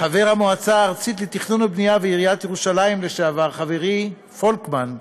חבר המועצה הארצית לתכנון ובנייה בעיריית ירושלים לשעבר חברי פולקמן,